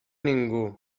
ningú